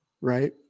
right